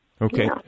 Okay